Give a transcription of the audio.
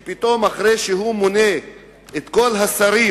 שפתאום, אחרי שהוא מונה את כל השרים